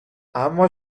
اما